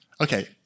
Okay